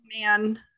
man